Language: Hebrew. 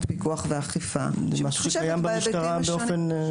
פיקוח ואכיפה בהתחשב בהיבטים השונים.